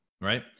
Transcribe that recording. right